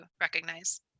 recognize